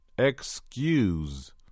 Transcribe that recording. Excuse